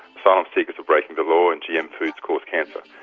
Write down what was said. asylum seekers are breaking the law, and gm foods cause cancer.